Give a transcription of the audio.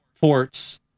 ports